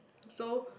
so